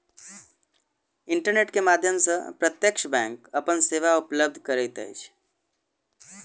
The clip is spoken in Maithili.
इंटरनेट के माध्यम सॅ प्रत्यक्ष बैंक अपन सेवा उपलब्ध करैत अछि